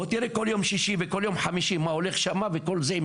בוא תראה כל יום שישי וכל יום חמישי מה הולך שם וכל זה,